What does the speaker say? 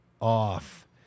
off